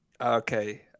Okay